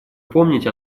помнить